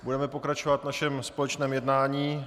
Budeme pokračovat v našem společném jednání.